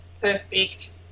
perfect